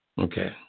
Okay